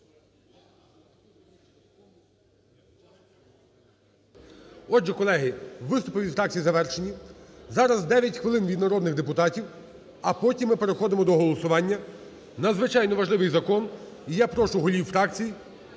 Отже, колеги, виступи від фракцій завершені. Зараз 9 хвилин від народних депутатів, а потім ми переходимо до голосування – надзвичайно важливий закон. І я прошу голів фракцій